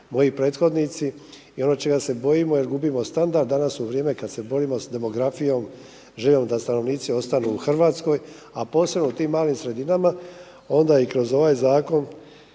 moji prethodnici i ono čega se bojimo jer gubimo standard, danas u vrijeme kad se borimo s demografijom, želimo da stanovnici ostanu u Hrvatskoj, a posebno u tim malim sredinama, onda i kroz ovaj zakon